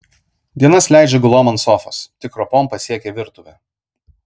dienas leidžia gulom ant sofos tik ropom pasiekia virtuvę